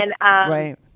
right